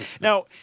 Now